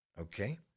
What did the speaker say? Okay